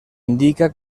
indica